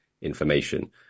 information